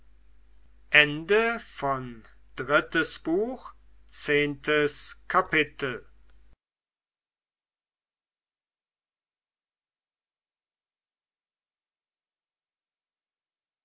drittes buch erstes kapitel